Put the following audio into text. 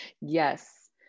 Yes